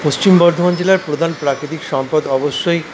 পশ্চিম বর্ধমান জেলার প্রধান প্রাকৃতিক সম্পদ অবশ্যই